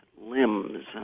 limbs